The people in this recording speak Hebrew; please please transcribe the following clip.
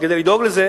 שכדי לדאוג לזה